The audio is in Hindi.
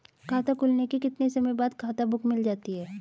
खाता खुलने के कितने समय बाद खाता बुक मिल जाती है?